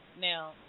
Now